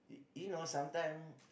you know sometime